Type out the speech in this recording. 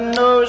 no